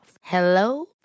Hello